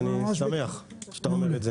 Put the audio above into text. ואני שמח שאתה אומר את זה.